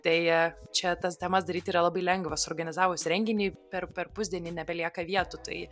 tai čia tas temas daryt yra labai lengva esu organizavus renginį per per pusdienį nebelieka vietų tai